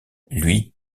lui